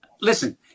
listen